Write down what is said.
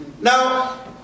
Now